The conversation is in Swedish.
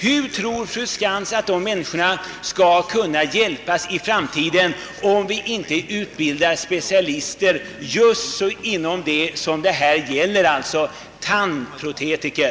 Hur tror fru Skantz att människorna skall hjälpas i framtiden om vi inte utbildar specialister inom det område det här gäller, d.v.s. protetiker?